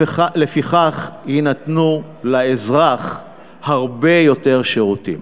לפיכך, יינתנו לאזרח הרבה יותר שירותים.